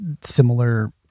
similar